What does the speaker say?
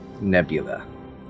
nebula